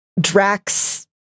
Drax